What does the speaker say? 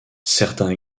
certains